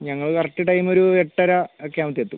ഞങ്ങൾ correct time ഒരു എട്ടര ഒക്കെ ആകുമ്പത്തെക്കും എത്തും